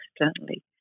externally